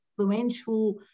influential